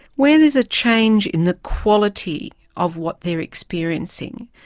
where there's a change in the quality of what they're experiencing,